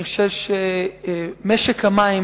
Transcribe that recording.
אני חושב שמשק המים